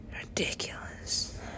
Ridiculous